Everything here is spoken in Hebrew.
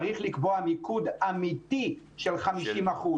צריך לקבוע מיקוד אמיתי של 50%,